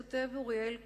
כותב אוריאל כהן,